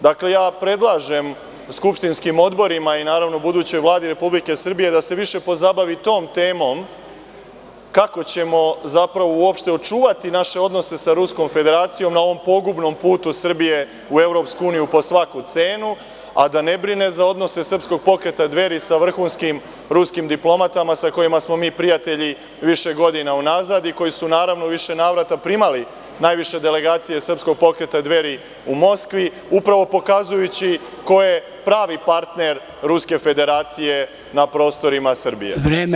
Dakle, ja predlažem skupštinskim odborima i naravno budućoj vladi Republike Srbije da se više pozabavi tom temom kako ćemo zapravo uopšte očuvati naše odnose sa Ruskom Federacijom na ovom pogubnom putu Srbije u EU po svaku cenu, a da ne brine za odnose Srpskog pokreta Dveri sa vrhunskim ruskim diplomatama, sa kojima smo mi prijatelji više godina unazad i koji su, naravno, u više navrata primali najviše delegacije Srpskog pokreta Dveri u Moskvi, upravo pokazujući ko je pravi partner Ruske Federacije na prostorima Srbije.